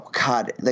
God